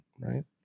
right